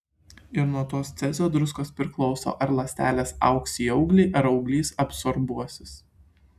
ir nuo tos cezio druskos priklauso ar ląstelės augs į auglį ar auglys absorbuosis